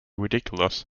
ridiculous